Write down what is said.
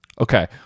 okay